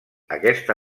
aquesta